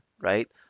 right